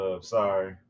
sorry